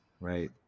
Right